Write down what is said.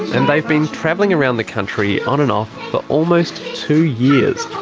and they've been travelling around the country on and off for almost two years.